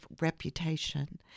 reputation